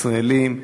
ישראלים,